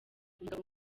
umugabo